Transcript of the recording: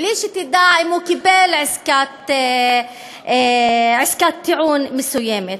בלי שתדע אם הוא קיבל עסקת טיעון מסוימת.